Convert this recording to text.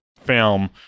film